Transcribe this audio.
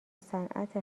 صنعت